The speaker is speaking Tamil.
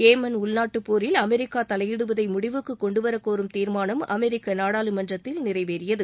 ஏமன் உள்நாட்டுப்போரில் அமெரிக்கா தலையிடுவதை முடிவுக்கு கொண்டு வரக்கோரும் தீர்மானம் அமெரிக்க நாடாளுமன்றத்தில் நிறைவேறியது